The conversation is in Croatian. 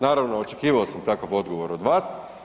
Naravno očekivao sam takav odgovor od vas.